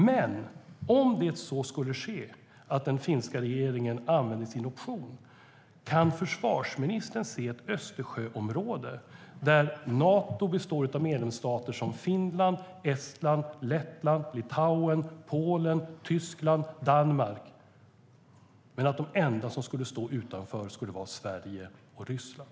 Men kan försvarsministern, om den finska regeringen skulle använda sin option, se ett Östersjöområde där Nato består av medlemsstater som Finland, Estland, Lettland, Litauen, Polen, Tyskland och Danmark men där de enda som står utanför är Sverige och Ryssland?